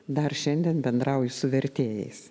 dar šiandien bendrauju su vertėjais